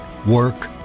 work